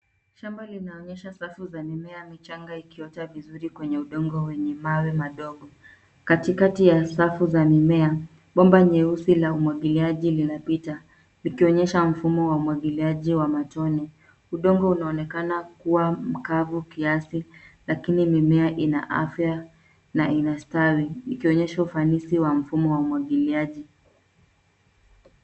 Shamba linaonyesha safu za mimea michanga ikiota vizuri kwenye udongo wenye mawe madogo. Katikati ya safu za mimea bomba nyeusi la umwagiliaji linapita likionyesha mfumo wa umwagiliaji wa matone. Udongo unaonekana kuwa mkavu kiasi lakini mimea ina afya na inastawi, ikionyesha ufanisi wa mfumo wa umwagiliaji